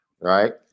Right